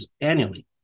annually